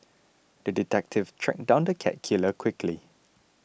the detective tracked down the cat killer quickly